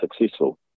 successful